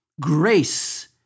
Grace